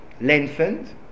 lengthened